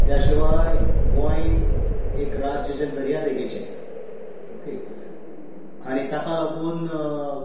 त्या शिवाय गोंय एक राज्य जे दर्या देगेचेर ओके आनी ताका लागून